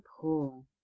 pull